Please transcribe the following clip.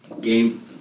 game